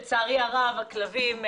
וזה הדבר הכי מדהים.